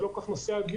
זה לא כל כך נושא הדיון,